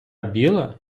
біла